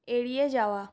এড়িয়ে যাওয়া